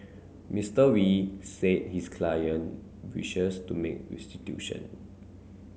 Mister Wee said his client wishes to make restitution